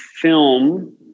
film